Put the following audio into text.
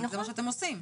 זה מה שאתם עושים.